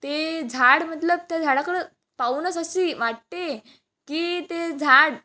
ते झाड मतलब त्या झाडाकडं पाहूनच अशी वाटते की ते झाड